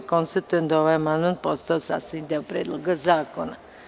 Konstatujem da je ovaj amandman postao sastavni deo Predloga zakona.